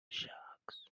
sharks